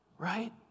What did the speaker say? right